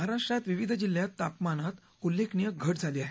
महाराष्ट्रात विविध जिल्ह्यात तापमानात उल्लेखनीय घट झाली आहे